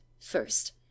First